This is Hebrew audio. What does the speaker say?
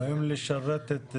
באים לשרת את הדיירים.